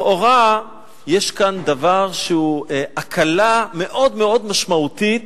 לכאורה יש כאן דבר שהוא הקלה מאוד מאוד משמעותית